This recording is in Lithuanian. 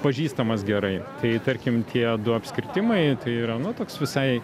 pažįstamas gerai tai tarkim tie du apskritimai tai yra nu toks visai